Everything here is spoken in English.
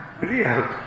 real